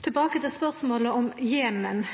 Tilbake til spørsmålet om Jemen.